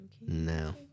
No